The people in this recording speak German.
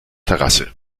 terrasse